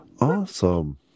Awesome